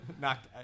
knocked